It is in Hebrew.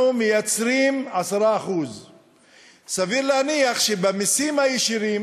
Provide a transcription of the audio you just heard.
אנחנו מייצרים 10%. סביר להניח שבמסים הישירים